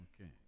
Okay